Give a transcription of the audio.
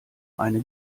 eine